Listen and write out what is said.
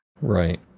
Right